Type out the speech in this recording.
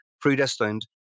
predestined